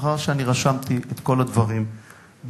מאחר שאני רשמתי את כל הדברים בקפידה.